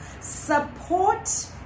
Support